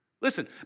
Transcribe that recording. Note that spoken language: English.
Listen